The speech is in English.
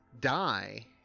die